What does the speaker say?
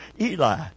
Eli